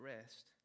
rest